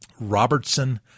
Robertson